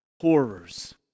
horrors